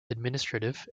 administrative